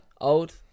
Old